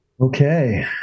okay